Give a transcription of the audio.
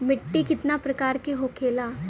मिट्टी कितना प्रकार के होखेला?